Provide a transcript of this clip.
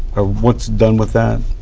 ah what's done with that?